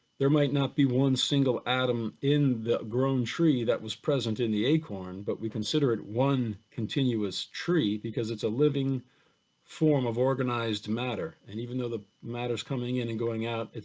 there might not be one single atom in the grown tree that was present in the acorn but we consider it one continuous tree because it's a living form of organized matter, and even though the matter's coming in and going out,